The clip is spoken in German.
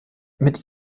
mit